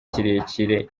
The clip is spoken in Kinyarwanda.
kirekire